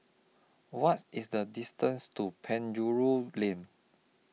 What IS The distance to Penjuru Lane